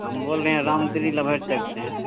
हम बोल रहे हैं राम तेरी लभे चकते हैं